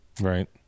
Right